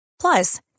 Plus